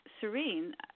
serene